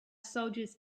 soldiers